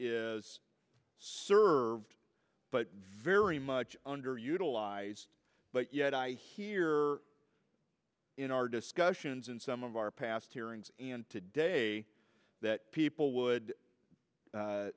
is served but very much underutilized but yet i hear in our discussions in some of our past hearings today that people would